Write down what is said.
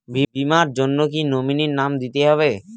বীমার জন্য কি নমিনীর নাম দিতেই হবে?